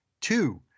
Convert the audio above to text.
Two